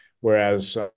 whereas